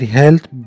health